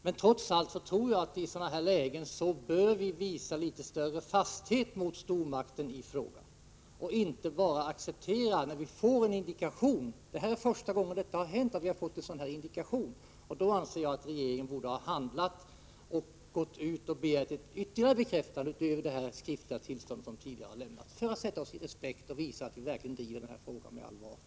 Men trots allt bör vi i sådana här lägen visa litet större fasthet mot stormakten och inte bara acceptera ett besök när vi får en indikation att ett 71 fartyg kan medföra kärnvapen. Det är första gången vi fått en sådan indikation, och jag anser att regeringen borde ha begärt ytterligare bekräftelse utöver det skriftliga förbudet för att sätta oss i respekt och visa att vi driver denna fråga med allvar.